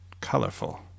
colorful